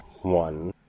One